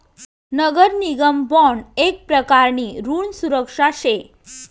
नगर निगम बॉन्ड येक प्रकारनी ऋण सुरक्षा शे